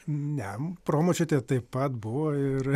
ne promočiutė taip pat buvo ir